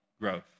growth